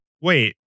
Wait